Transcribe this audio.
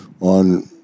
on